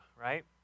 right